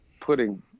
putting